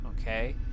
Okay